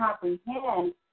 comprehend